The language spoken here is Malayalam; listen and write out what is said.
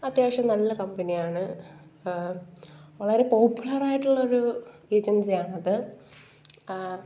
അത്യാവശ്യം നല്ല കമ്പനിയാണ് ആ വളരെ പോപ്പുലറായിട്ടുള്ള ഒരു ഏജൻസിയാണത് ആ